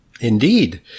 indeed